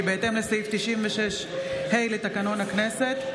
כי בהתאם לסעיף 96(ה) לתקנון הכנסת,